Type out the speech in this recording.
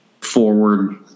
forward